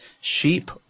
Sheep